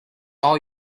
all